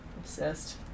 Obsessed